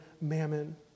mammon